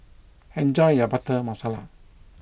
enjoy your Butter Masala